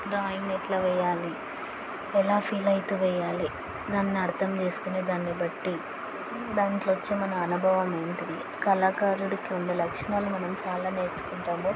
drawing ఎలా వెయ్యాలి ఎలా ఫీల్ అవుతూ వెయ్యాలి దాన్ని అర్దం చేసుకునే దాన్నిబట్టి దాంట్లో వచ్చే మన అనుభవం ఏంటిది కళాకారుడికి ఉన్న లక్షణాలు మనం చాలా నేర్చుకుంటాము